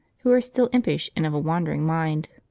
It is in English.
who are still impish and of a wandering mind.